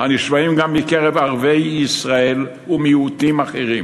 הנשמעת גם מקרב ערביי ישראל ומיעוטים אחרים